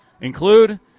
include